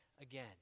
again